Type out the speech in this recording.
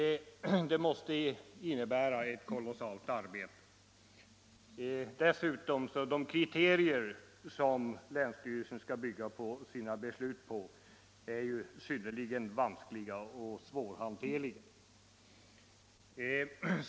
Det måste innebära ett kolossalt arbete. Dessutom är de kriterier som länsstyrelsen skall bygga sina beslut på synnerligen vanskliga och svårhanterliga.